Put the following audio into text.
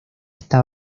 está